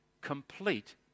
complete